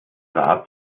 rat